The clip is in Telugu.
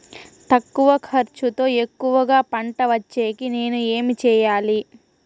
తక్కువ ఖర్చుతో ఎక్కువగా పంట వచ్చేకి నేను ఏమి చేయాలి?